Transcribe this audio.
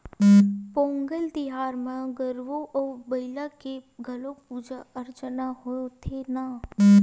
पोंगल तिहार म गरूवय अउ बईला के घलोक पूजा अरचना होथे न